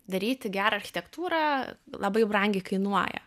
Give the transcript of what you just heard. daryti gerą architektūrą labai brangiai kainuoja